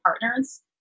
partners